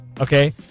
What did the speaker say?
Okay